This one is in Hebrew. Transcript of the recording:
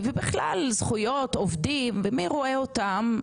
ובכלל זכויות עובדים ומי רואה אותם,